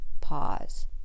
pause